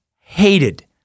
hated